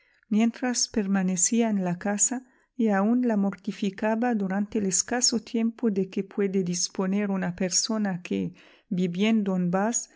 mientras permanecía en la casa y aun la mortificaba durante el escasa tiempo de que puede disponer una persona que viviendo en bath